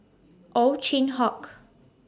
Ow Chin Hock